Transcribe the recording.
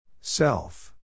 Self